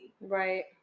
Right